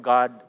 God